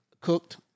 cooked